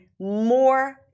more